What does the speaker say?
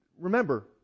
Remember